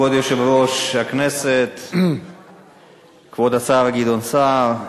כבוד יושב-ראש הכנסת, כבוד השר גדעון סער,